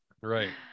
Right